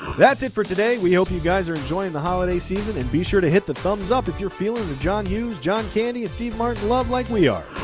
that's it for today. we hope you guys are enjoying the holiday season. and be sure to hit the thumbs up if you're feeling the john hughes, john candy and steve martin love like we are.